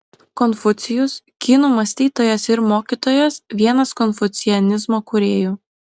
konfucijus kinų mąstytojas ir mokytojas vienas konfucianizmo kūrėjų